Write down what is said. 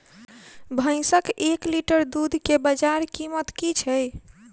भैंसक एक लीटर दुध केँ बजार कीमत की छै?